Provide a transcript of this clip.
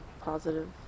positive